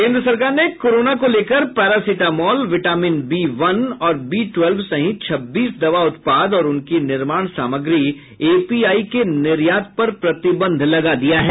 केन्द्र सरकार ने कोरोना को लेकर पैरासिटामॉल विटामिन बी वन और बी ट्वेल्व सहित छब्बीस दवा उत्पाद और उनकी निर्माण सामग्री ए पी आई के निर्यात पर प्रतिबंध लगा दिया है